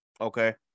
Okay